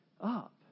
Up